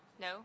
No